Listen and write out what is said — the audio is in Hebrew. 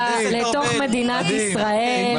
לתוך מדינת ישראל,